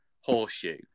horseshoe